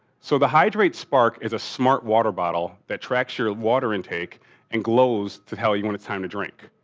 so, the hydrate spark is a smart water bottle that tracks your water intake and glows to tell you when it's time to drink.